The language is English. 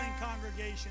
congregation